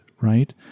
right